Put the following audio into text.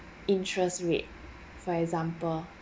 interest rate for example